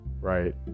right